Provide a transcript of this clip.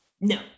no